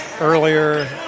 Earlier